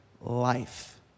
life